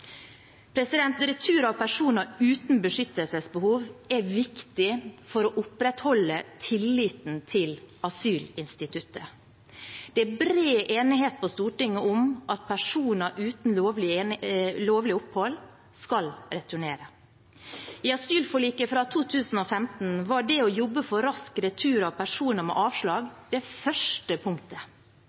Retur av personer uten beskyttelsesbehov er viktig for å opprettholde tilliten til asylinstituttet. Det er bred enighet på Stortinget om at personer uten lovlig opphold skal returnere. I asylforliket fra 2015 var det å jobbe for rask retur av personer med avslag det første punktet.